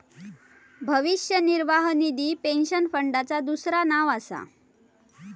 भविष्य निर्वाह निधी पेन्शन फंडाचा दुसरा नाव असा